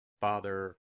Father